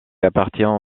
appartient